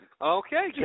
Okay